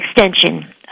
extension